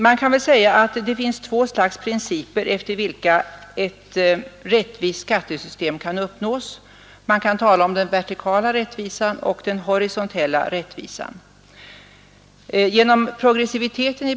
Man kan väl säga att det finns två slags principer efter vilka ett rättvist skattesystem kan uppnås — den vertikala och den horisontella rättvisan.